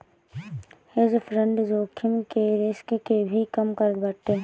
hedge fund जोखिम के risk के भी कम करत बाटे